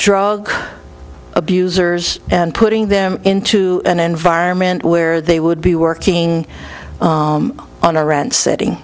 drug abusers and putting them into an environment where they would be working on a rent setting